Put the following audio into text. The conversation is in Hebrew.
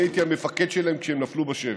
אני הייתי המפקד שלהם כשהם נפלו בשבי.